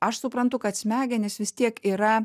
aš suprantu kad smegenys vis tiek yra